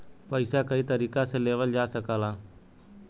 पइसा कई तरीका से लेवल जा सकल जाला